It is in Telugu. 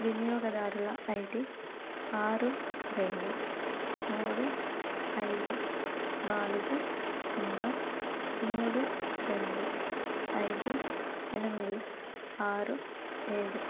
వినియోగదారుల ఐడీ ఆరు రెండు మూడు ఐదు నాలుగు సున్నా మూడు రెండు ఐదు ఎనిమిది ఆరు ఏడు